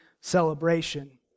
celebration